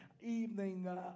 evening